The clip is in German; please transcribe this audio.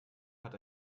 hat